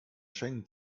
schengen